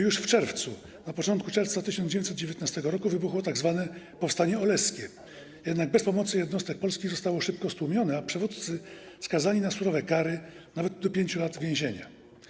Już w czerwcu, na początku czerwca 1919 r. wybuchło tzw. powstanie oleskie, jednak bez pomocy jednostek polskich zostało szybko stłumione, a przywódcy skazani na surowe kary, nawet do 5 lat więzienia.